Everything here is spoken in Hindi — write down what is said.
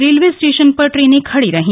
रेलवे स्टेशन पर ट्रेनें खड़ी रहीं